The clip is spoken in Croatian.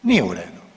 Nije u redu.